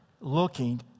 looking